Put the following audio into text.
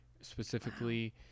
specifically